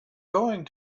going